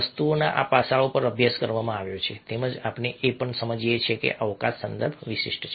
વસ્તુઓના આ પાસાઓ પર અભ્યાસ કરવામાં આવ્યો છે તેમજ આપણે એ પણ સમજીએ છીએ કે અવકાશ સંદર્ભ વિશિષ્ટ છે